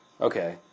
Okay